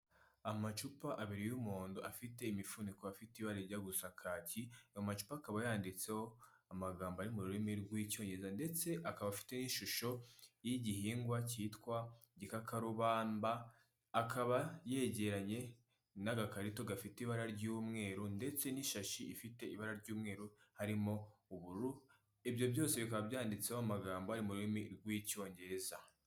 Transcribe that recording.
Amacupa abiri y'umuhondo afite imifuniko, afite ibara rijya gusa kaki, ayo macupa akaba yanditseho amagambo ari mu rurimi rw'icyongereza ndetse akaba afiteho ishusho y'igihingwa cyitwa igikakarubamba, akaba yegeranye n'agakarito gafite ibara ry'umweru ndetse n'ishashi ifite ibara ry'umweru harimo ubururu, ibyo byose bikaba byanditseho amagambo ari mu rurimi rw'icyongereza.